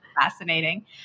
Fascinating